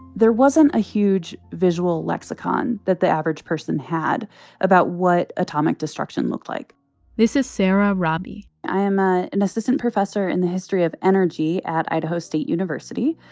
there wasn't a huge visual lexicon that the average person had about what atomic destruction looked like this is sarah robey i am ah an an assistant professor in the history of energy at idaho state university,